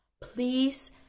please